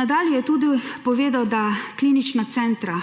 Nadalje je tudi povedal, da »klinična centra